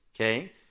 okay